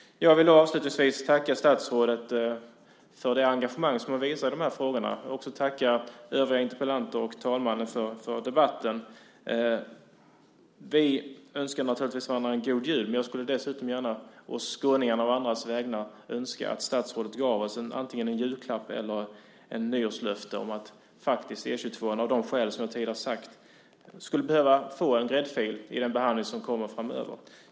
Avslutningsvis vill jag tacka statsrådet för det engagemang hon visar i de här frågorna. Jag vill också tacka övriga debattörer och talmannen för debatten. Vi önskar naturligtvis varandra en god jul, men jag skulle dessutom å skåningarnas och andras vägnar önska att statsrådet gav oss antingen en julklapp eller ett nyårslöfte om att E 22:an av de skäl jag tidigare angett får en gräddfil i den behandling som kommer framöver.